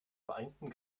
vereinten